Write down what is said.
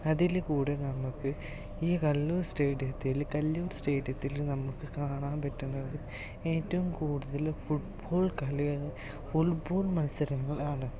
അതിൽ കൂടെ നമുക്ക് ഈ കല്ലൂർ സ്റ്റേഡിയത്തില് കല്ലൂർ സ്റ്റേഡിയത്തില് നമുക്ക് കാണാൻ പറ്റുന്നത് ഏറ്റവും കൂടുതല് ഫൂട്ബോൾ കളിയാ ഫുട്ബോൾ മത്സരങ്ങൾ ആണ്